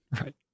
right